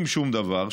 אז אם שום דבר,